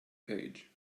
page